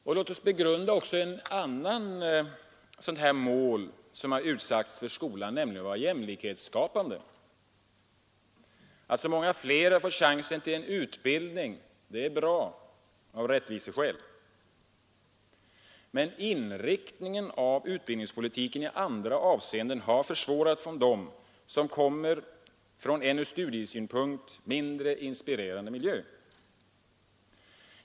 Låt oss också begrunda ett annat mål som har utsagts för skolan, nämligen att vara jämlikhetsskapande. Att så många fler har fått chansen till en utbildning är bra av rättviseskäl. Men inriktningen av utbildningspolitiken i andra avseenden har försvårat för dem som kommer från en ur studiesynpunkt mindre inspirerande miljö.